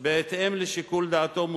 בהתאם לשיקול דעתו,